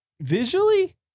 visually